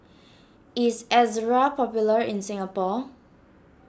is Ezerra popular in Singapore